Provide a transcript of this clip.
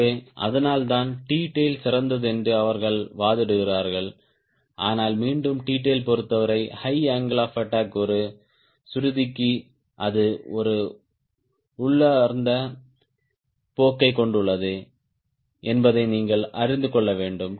எனவே அதனால்தான் T tail சிறந்தது என்று அவர்கள் வாதிடுகிறார்கள் ஆனால் மீண்டும் T tail பொறுத்தவரை ஹை அங்கிள் ஆப் அட்டாக் ஒரு சுருதிக்கு அது ஒரு உள்ளார்ந்த போக்கைக் கொண்டுள்ளது என்பதை நீங்கள் அறிந்து கொள்ள வேண்டும்